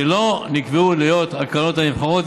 שלא נקבעו להיות הקרנות הנבחרות,